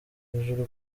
hejuru